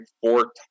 four